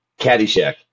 Caddyshack